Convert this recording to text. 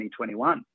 2021